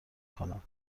کنم